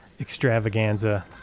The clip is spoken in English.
extravaganza